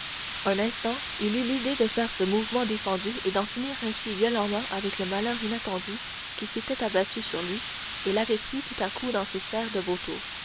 un instant il eut l'idée de faire ce mouvement défendu et d'en finir ainsi violemment avec le malheur inattendu qui s'était abattu sur lui et l'avait pris tout à coup dans ses serres de vautour